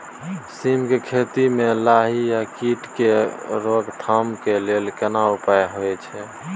सीम के खेती म लाही आ कीट के रोक थाम के लेल केना उपाय होय छै?